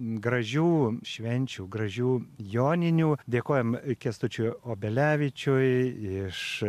gražių švenčių gražių joninių dėkojam kęstučiui obelevičiui iš